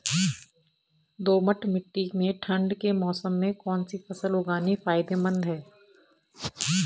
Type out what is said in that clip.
दोमट्ट मिट्टी में ठंड के मौसम में कौन सी फसल उगानी फायदेमंद है?